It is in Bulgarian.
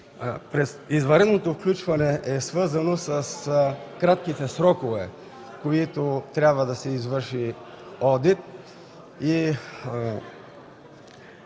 Извънредното включване е свързано с кратките срокове, в които трябва да се извърши одит.